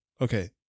Okay